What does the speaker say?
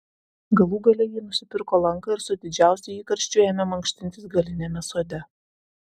galų gale ji nusipirko lanką ir su didžiausiu įkarščiu ėmė mankštintis galiniame sode